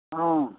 ꯑ